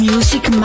Music